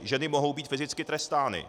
Ženy mohou být fyzicky trestány.